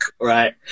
right